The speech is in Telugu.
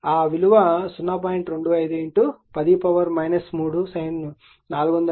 2510 3 sin 400 t వెబర్ గా లభిస్తుంది